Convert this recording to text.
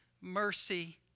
mercy